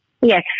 Yes